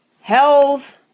Hells